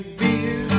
beer